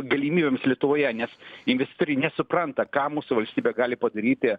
galimybėms lietuvoje nes investitoriai nesupranta ką mūsų valstybė gali padaryti